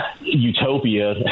utopia